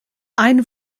ein